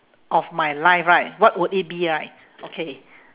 of my life right what would it be right okay